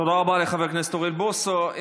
תודה רבה לחבר הכנסת אוריאל בוסו.